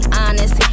honest